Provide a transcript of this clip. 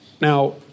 Now